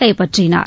கைப்பற்றினார்